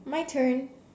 my turn